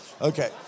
Okay